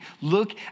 look